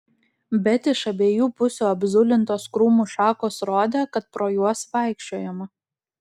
bet iš abiejų pusių apzulintos krūmų šakos rodė kad pro juos vaikščiojama